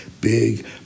big